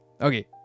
Okay